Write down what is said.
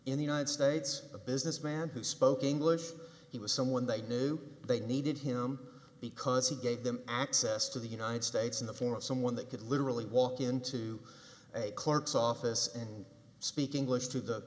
in the united states a businessman who spoke english he was someone they knew they needed him because he gave them access to the united states in the form of someone that could literally walk into a clerk's office and speak english to the